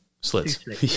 slits